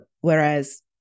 whereas